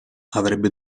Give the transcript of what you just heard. avrebbe